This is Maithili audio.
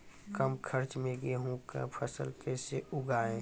कम खर्च मे गेहूँ का फसल कैसे उगाएं?